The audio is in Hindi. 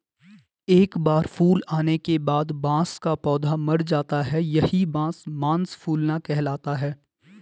एक बार फूल आने के बाद बांस का पौधा मर जाता है यही बांस मांस फूलना कहलाता है